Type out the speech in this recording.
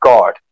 God